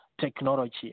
technology